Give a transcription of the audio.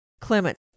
Clement